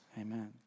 amen